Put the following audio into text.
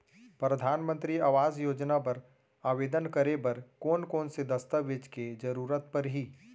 परधानमंतरी आवास योजना बर आवेदन करे बर कोन कोन से दस्तावेज के जरूरत परही?